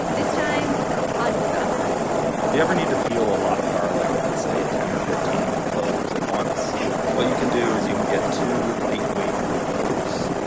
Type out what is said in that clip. this time from todd grabowsky if you ever need to peel a lot of garlic let's say ten or fifteen cloves at once what you can do is you can get two lightweight bowls.